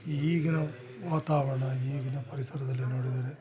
ಈಗಿನ ವಾತಾವರಣ ಈಗಿನ ಪರಿಸರದಲ್ಲಿ ನೋಡಿದರೆ